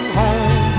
home